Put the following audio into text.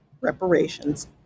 reparations